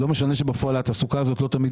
לא משנה שבפועל התעסוקה הזאת לא תמיד